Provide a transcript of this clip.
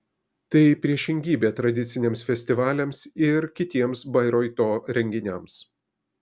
tai priešingybė tradiciniams festivaliams ir kitiems bairoito renginiams